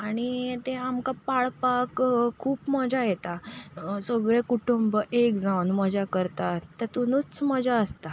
आनी ते आमकां पाळपाक खूब मजा येता सगळे कुटुंब एक जावन मजा करतात तातुनूच मजा आसता